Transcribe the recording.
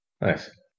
Nice